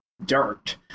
Dirt